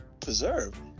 preserve